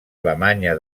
alemanya